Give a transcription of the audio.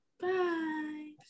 Bye